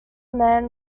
men